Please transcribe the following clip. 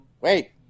Wait